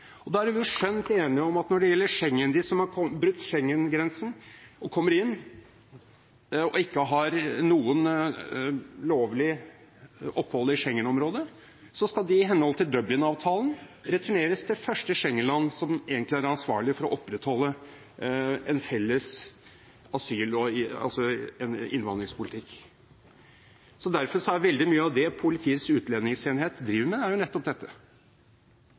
etter? Da er vi jo skjønt enige om at de som kommer inn via Schengen-grensen, og som ikke har lovlig opphold i Schengen-området, i henhold til Dublin-avtalen skal returneres til første Schengen-land, som egentlig er ansvarlig for å opprettholde en felles innvandringspolitikk. Derfor er veldig mye av det Politiets utlendingsenhet driver med, nettopp dette.